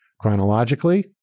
chronologically